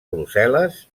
brussel·les